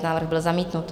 Návrh byl zamítnut.